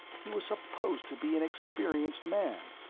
he was supposed to be an experienced man,